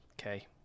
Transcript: Okay